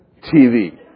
TV